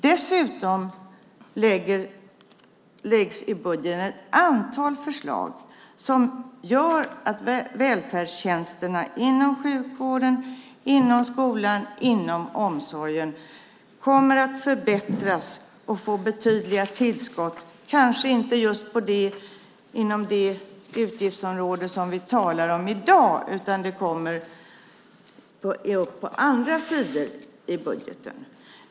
Dessutom läggs ett antal förslag fram i budgeten som gör att välfärdstjänsterna inom sjukvården, skolan och omsorgen kommer att förbättras och få betydliga tillskott. Det sker kanske inte just inom det utgiftsområde som vi talar om i dag, utan det kommer i andra delar av budgeten.